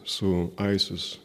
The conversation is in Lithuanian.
su aisis